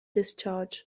discharge